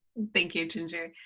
thank you, ginger.